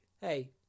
Hey